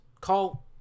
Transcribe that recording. call